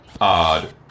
odd